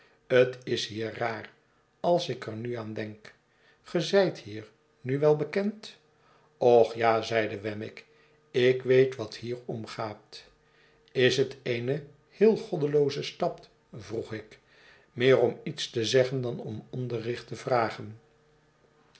tis hier raar als ik er nu aan denk v ge zijt hier nu wel bekend och ja zeide wemmick ik weet wat hier omgaat is het eene heel goddeloozestad vroeg ik meer om iets te zeggen dan om onderricht te vragen